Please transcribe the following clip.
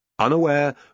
Unaware